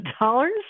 dollars